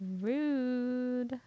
rude